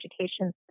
education